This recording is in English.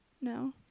no